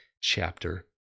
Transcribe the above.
chapter